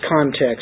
context